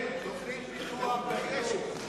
תוכנית פיתוח בחינוך.